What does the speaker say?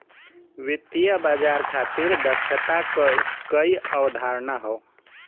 वित्तीय बाजार खातिर दक्षता क कई अवधारणा हौ